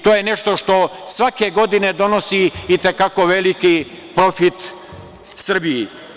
To je nešto što svake godine donosi i te kako veliki profit Srbiji.